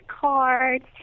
cards